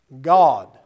God